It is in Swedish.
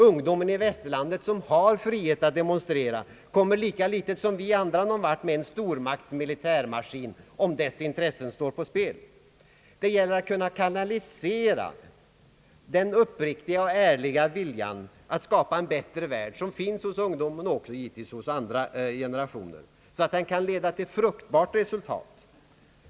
Ungdomen i västerlandet, som har frihet att demonstrera, kommer lika litet som vi andra någon vart med en stormakts militärmaskin, när dess intressen står på spel. Det gäller att kunna kanalisera den uppriktiga och ärliga vilja att skapa en bättre värld som finns hos ungdomen och givetvis även hos andra generationer, så att den kan leda till ett fruktbart resultat.